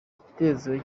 igitekerezo